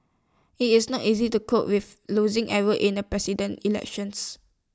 IT is not easy to cope with losing in A president elections